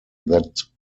that